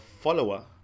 follower